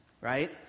Right